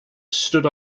stood